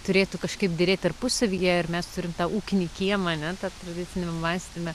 turėtų kažkaip derėt tarpusavyje ir mes turime tą ūkinį kiemą ar ne tam tradiciniam mąstyme